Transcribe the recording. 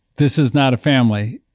this is not a family,